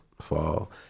fall